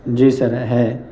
جی sir ہے